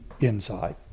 inside